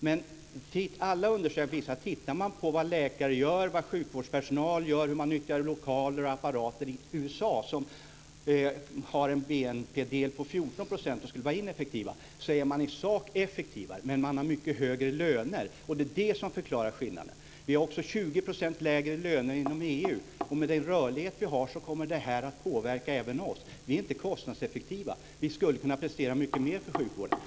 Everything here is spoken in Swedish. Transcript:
Men alla undersökningar där man tittar på vad läkare och sjukvårdspersonal gör och hur man nyttjar lokaler och apparater visar att man t.ex. i USA, där man har en BNP-del på 14 % och därmed skulle vara ineffektiv, i sak är effektivare. Men man har mycket högre löner - och det är det som förklarar skillnaden. Sverige har 20 % lägre löner än genomsnittet inom EU. Med den rörlighet som vi har kommer detta att påverka även oss. Vi är inte kostnadseffektiva i Sverige. Vi skulle kunna prestera mycket mer i sjukvården.